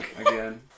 again